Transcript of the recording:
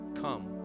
Come